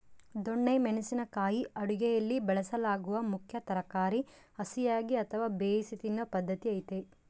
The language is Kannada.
ದೊಣ್ಣೆ ಮೆಣಸಿನ ಕಾಯಿ ಅಡುಗೆಯಲ್ಲಿ ಬಳಸಲಾಗುವ ಮುಖ್ಯ ತರಕಾರಿ ಹಸಿಯಾಗಿ ಅಥವಾ ಬೇಯಿಸಿ ತಿನ್ನೂ ಪದ್ಧತಿ ಐತೆ